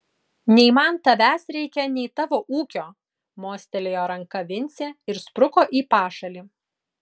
nei man tavęs reikia nei tavo ūkio mostelėjo ranka vincė ir spruko į pašalį